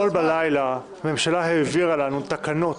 אתמול בלילה הממשלה העבירה לנו תקנות